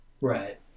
right